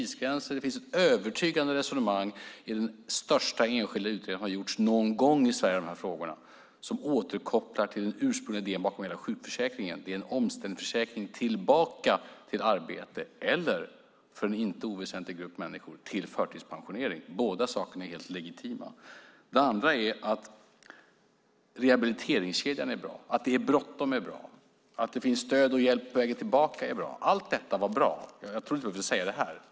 Det finns övertygande resonemang i den största enskilda utredning som gjorts någon gång i Sverige av de här frågorna som återkopplar till den ursprungliga idén bakom hela sjukförsäkringen: Det är en omställningsförsäkring tillbaka till arbete eller, för en inte oväsentlig grupp människor, till förtidspensionering. Båda sakerna är helt legitima. Rehabiliteringskedjan är bra. Att det är bråttom är bra. Att det finns stöd och hjälp på vägen tillbaka är bra. Allt detta är bra. Jag trodde inte att jag skulle behöva säga det här.